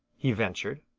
he ventured.